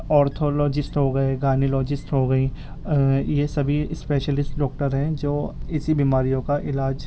orthologist ہو گئے gynaecologist ہو گئی یہ سبھی اسپیشلسٹ ڈاکٹر ہیں جو اسی بیماریوں کا علاج